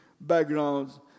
backgrounds